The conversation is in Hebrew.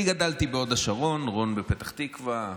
אני גדלתי בהוד השרון, רון בפתח תקווה.